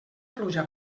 pluja